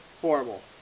horrible